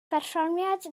perfformiad